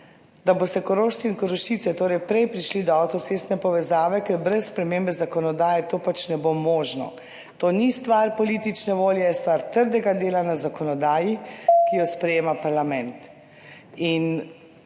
da boste Korošci in Korošice torej »prej prišli do avtocestne povezave, ker brez spremembe zakonodaje to pač ne bo možno, ni stvar politične volje, je stvar trdega dela na zakonodaji, ki jo sprejema parlament.